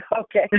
Okay